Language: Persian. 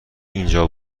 اینجا